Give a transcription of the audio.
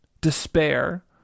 despair